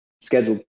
scheduled